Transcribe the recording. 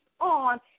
on